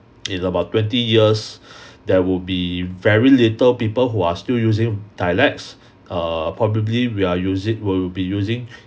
in about twenty years there will be very little people who are still using dialects err probably we are using we'll be using